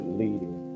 leading